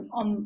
on